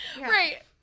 Right